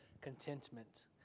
contentment